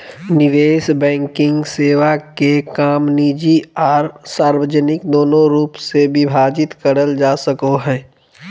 निवेश बैंकिंग सेवा के काम निजी आर सार्वजनिक दोनों रूप मे विभाजित करल जा सको हय